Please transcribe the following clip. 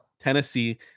Tennessee